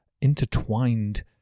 intertwined